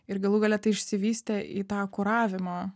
ir galų gale tai išsivystė į tą kuravimą